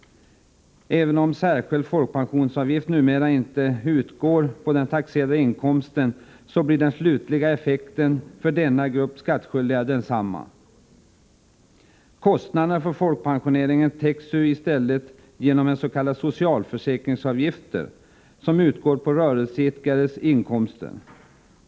Även om särskild folkpensionsavgift numera inte utgår på den taxerade inkomsten, blir de slutliga effekterna för denna grupp skattskyldiga desamma. Kostnaderna för folkpensioneringen täcks ju i stället genom s.k. socialförsäkringsavgifter som utgår på rörelseidkarens inkomster.